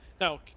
now